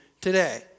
today